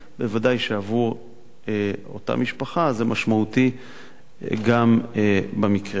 וודאי שעבור אותה משפחה זה משמעותי גם במקרה הזה.